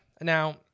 Now